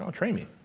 um train me.